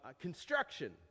construction